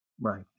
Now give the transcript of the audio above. Right